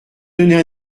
donner